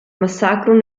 massacro